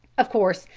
of course,